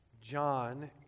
John